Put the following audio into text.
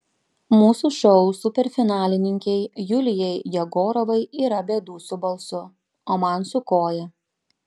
mūsų šou superfinalininkei julijai jegorovai yra bėdų su balsu o man su koja